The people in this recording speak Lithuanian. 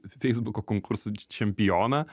feisbuko konkursų čempioną